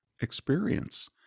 experience